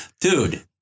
Dude